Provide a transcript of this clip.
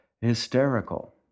hysterical